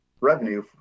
revenue